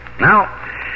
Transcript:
Now